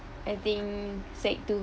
I think sec two